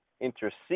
intercede